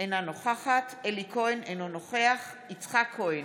אינה נוכחת אלי כהן, אינו נוכח יצחק כהן,